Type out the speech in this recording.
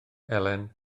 elen